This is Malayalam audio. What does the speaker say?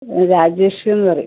രാജേഷ് എന്ന് പറയും